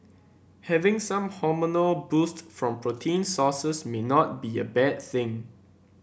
having some hormonal boost from protein sources may not be a bad thing